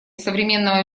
современного